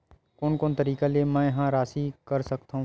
कोन कोन तरीका ले मै ह राशि कर सकथव?